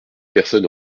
personne